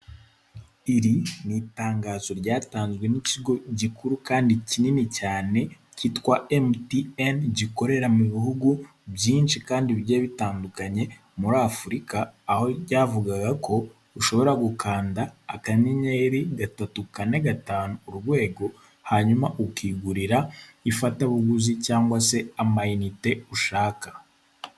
Iri ni itangazo ryatanzwe n'ikigo gikuru kandi kinini cyane kitwa MTN, gikorera mu bihugu byinshi kandi bigiye bitandukanye, muri Afurika aho byavugaga ko, ushobora gukanda akanyenyeri gatatu kane gatanu urwego, hanyuma ukigurira ifatabuguzi cyangwa se ama inite ushaka.